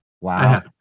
Wow